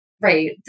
Right